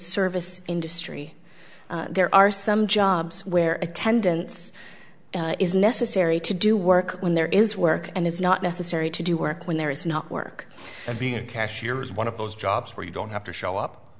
service industry there are some jobs where attendance is necessary to do work when there is work and it's not necessary to do work when there is not work and being a cashier is one of those jobs where you don't have to show up